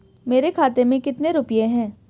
मेरे खाते में कितने रुपये हैं?